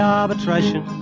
arbitration